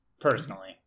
personally